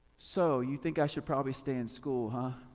so, you think i should probably stay in school, huh?